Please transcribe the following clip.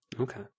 Okay